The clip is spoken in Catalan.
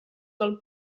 del